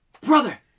brother